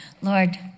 Lord